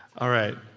all right,